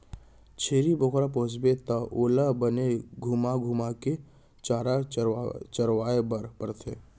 छेरी बोकरा पोसबे त ओला बने घुमा घुमा के चारा चरवाए बर परथे